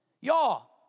Y'all